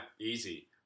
easy